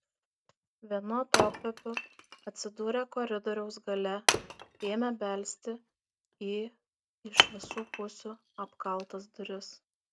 vienu atokvėpiu atsidūrę koridoriaus gale ėmė belsti į iš visų pusių apkaltas duris